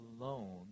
alone